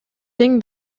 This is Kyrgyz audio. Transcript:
тең